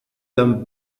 them